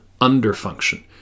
underfunction